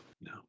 No